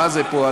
מה זה פה,